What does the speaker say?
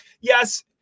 yes